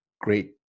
great